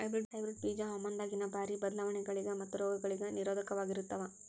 hybrid ಬೀಜ ಹವಾಮಾನದಾಗಿನ ಭಾರಿ ಬದಲಾವಣೆಗಳಿಗ ಮತ್ತು ರೋಗಗಳಿಗ ನಿರೋಧಕವಾಗಿರುತ್ತವ